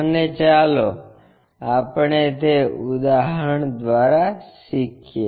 અને ચાલો આપણે તે ઉદાહરણ દ્વારા શીખીએ